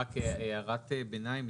רק הערת ביניים,